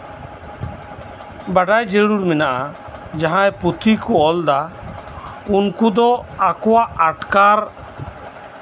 ᱵᱟᱰᱟᱭ ᱡᱟᱨᱩᱲ ᱢᱮᱱᱟᱜᱼᱟ ᱡᱟᱦᱟᱸᱭ ᱯᱩᱛᱷᱤ ᱠᱚ ᱚᱞ ᱮᱫᱟ ᱩᱱᱠᱩ ᱫᱚ ᱟᱠᱚᱣᱟᱜ ᱟᱴᱠᱟᱨ